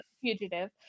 fugitive